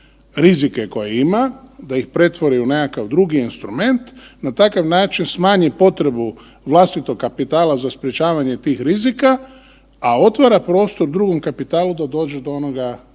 rizike koje ima, da ih pretvori u nekakav drugi instrument na takav način smanji potrebu vlastitog kapitala za sprečavanje tih rizika, a otvara prostor drugom kapitalu da dođe do onoga